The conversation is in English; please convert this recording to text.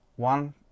One